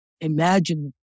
imagine